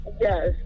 Yes